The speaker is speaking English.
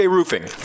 Roofing